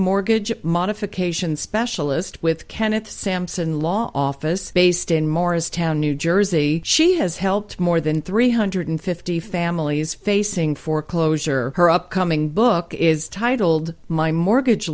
mortgage modification specialist with kenneth sampson law office based in morristown new jersey she has helped more than three hundred fifty families facing foreclosure her upcoming book is titled my mortgage